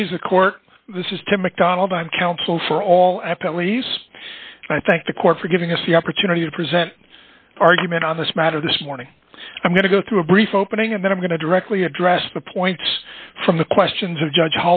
the court this is tim mcdonald i'm counsel for all f l e s i thank the court for giving us the opportunity to present argument on this matter this morning i'm going to go through a brief opening and then i'm going to directly address the points from the questions of judge